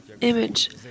image